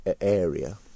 area